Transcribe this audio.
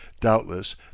doubtless